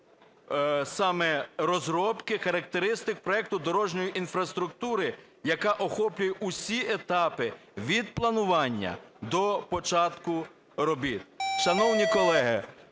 саме розробки характеристик проекту дорожньої інфраструктури, яка охоплює усі етапи – від планування до початку робіт.